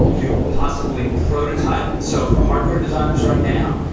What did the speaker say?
you possibly prototype, so for hardware designers right now,